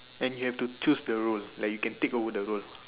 and you have to choose the role like you can take over the role